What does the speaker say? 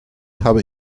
habe